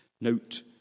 Note